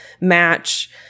match